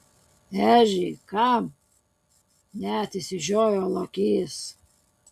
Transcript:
ežy kam net išsižiojo lokys